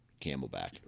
camelback